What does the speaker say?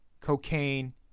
cocaine